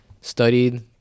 studied